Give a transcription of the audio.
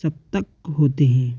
सप्तक होते हैं